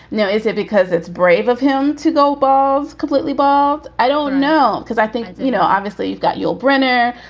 now, is it because it's brave of him to go bald, completely bald? i don't know, because i think, you know, obviously you've got yul brynner.